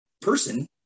person